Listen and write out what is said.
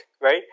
right